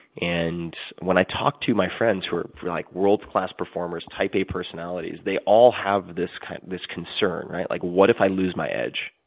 and when i talk to my friends who are like world-class performers, type-a personalities, they all have this kind of this concern like, what if lose my edge?